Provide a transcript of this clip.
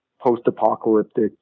post-apocalyptic